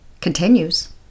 continues